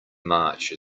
march